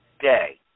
day